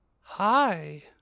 Hi